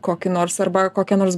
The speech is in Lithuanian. kokį nors arba kokią nors